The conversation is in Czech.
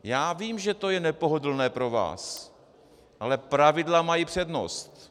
Já vím, že to je nepohodlné pro vás, ale pravidla mají přednost.